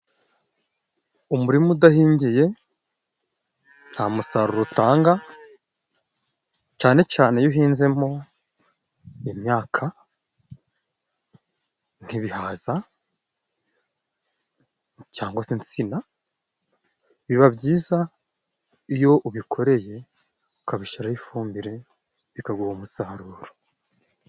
Umurima udahingiye nta musaruro utanga cane cane iyo uhinzemo imyaka nk' ibihaza, cangwa se insina biba byiza iyo ubikoreye, ukabishiraho ifumbire bikaguha umusaruro.